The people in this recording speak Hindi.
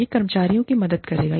यह कर्मचारियों की मदद करेगा